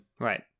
Right